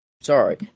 sorry